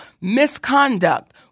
misconduct